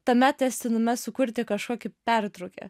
tame tęstinume sukurti kažkokį pertrūkį